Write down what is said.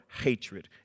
hatred